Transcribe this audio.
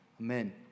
Amen